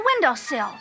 windowsill